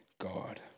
God